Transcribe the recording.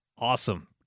awesome